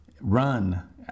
Run